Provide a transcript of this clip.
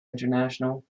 international